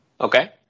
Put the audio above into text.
Okay